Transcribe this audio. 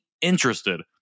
interested